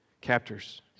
captors